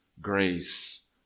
grace